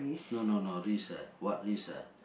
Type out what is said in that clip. no no no risk ah what risk ah